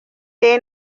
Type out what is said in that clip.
daily